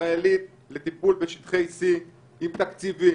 ישראלית לטיפול בשטחי C עם תקציבים,